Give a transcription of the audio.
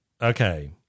okay